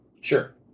Sure